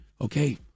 okay